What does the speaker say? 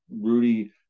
Rudy